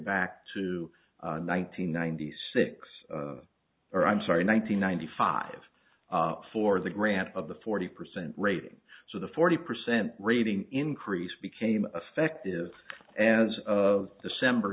back to nineteen ninety six or i'm sorry nine hundred ninety five for the grant of the forty percent rating so the forty percent rating increase became effective as of december